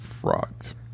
frogs